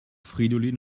fridolin